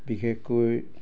বিশেষকৈ